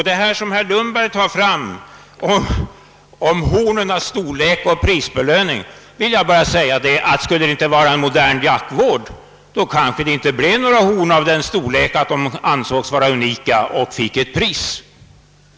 I anledning av vad herr Lundberg sade om prisbelöningar efter hornkronans storlek vill jag säga att det, om det inte bedrevs modern jaktvård, kanske inte skulle bli kvar några hornkronor som kunde anses värda ett pris.